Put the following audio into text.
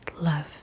love